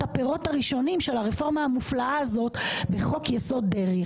הפירות הראשונים של הרפורמה המופלאה הזאת בחוק יסוד דרעי.